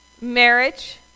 Marriage